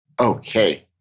Okay